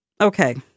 okay